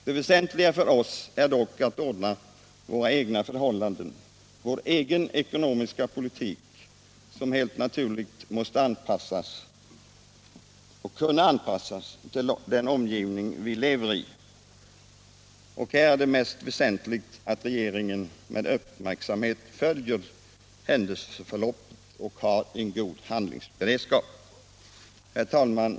Det väsentliga för oss är dock att ordna våra egna förhållanden — vår egen ekonomiska politik, vilken givetvis måste anpassas till den omgivning som vi lever i. Här är det mest väsentliga att regeringen med uppmärksamhet följer händelseförloppet och har en god handlingsberedskap. Herr talman!